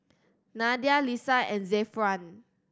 Nadia Lisa and Zafran